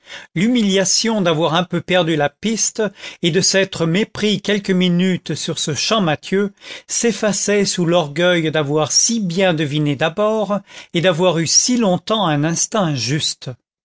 l'humiliation d'avoir un peu perdu la piste et de s'être mépris quelques minutes sur ce champmathieu s'effaçait sous l'orgueil d'avoir si bien deviné d'abord et d'avoir eu si longtemps un instinct juste